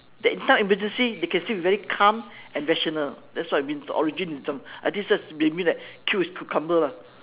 that in time emergency they can still be very calm and rational that's what it means the origin is them I think that's maybe like cool as cucumber lah